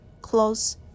close